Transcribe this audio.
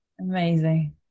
amazing